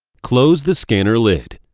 close the scanner lid,